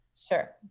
Sure